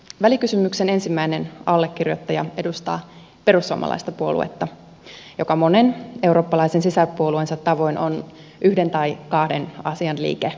välikysymyksen ensimmäinen allekirjoittaja edustaa perussuomalaista puoluetta joka monen eurooppalaisen sisarpuolueensa tavoin on yhden tai kahden asian liike